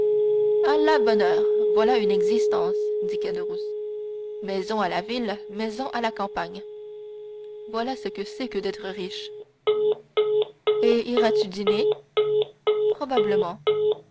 à la bonne heure voilà une existence dit caderousse maison à la ville maison à la campagne voilà ce que c'est que d'être riche et iras-tu dîner